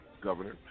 governor